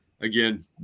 again